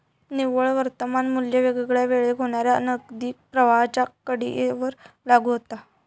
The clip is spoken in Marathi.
निव्वळ वर्तमान मू्ल्य वेगवेगळ्या वेळेक होणाऱ्या नगदी प्रवाहांच्या कडीयेवर लागू होता